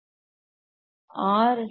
1 R